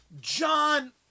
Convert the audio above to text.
John